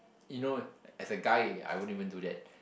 you know as a guy I won't even do that